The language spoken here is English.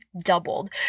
doubled